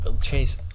Chase